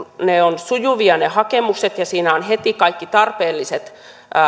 ovat sujuvia ne hakemiset ja siinä ovat heti kaikki tarpeelliset